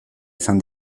izan